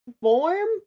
warm